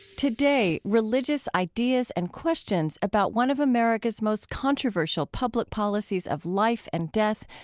today, religious ideas and questions about one of america's most controversial public policies of life and death,